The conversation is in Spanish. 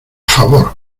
favor